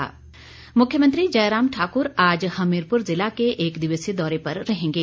मुख्यमंत्री मुख्यमंत्री जयराम ठाकुर आज हमीरपुर जिला के एक दिवसीय दौरे पर रहेंगे